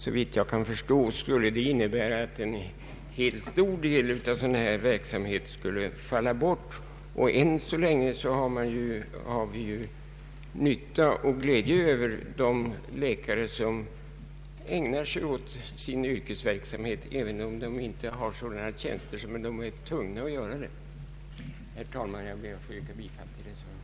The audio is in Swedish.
Såvitt jag kan förstå, bör det innebära att en stor del av denna fria läkarverksamhet skulle falla bort. Än så länge har vi ändå nytta och glädje av de läkare som ägnar sig åt sitt yrke, även om de inte har sådana tjänster att de är tvingade att göra det. Herr talman! Jag yrkar bifall till reservationen.